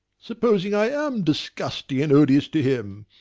supposing i am disgusting and odious to him?